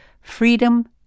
Freedom